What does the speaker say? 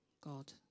God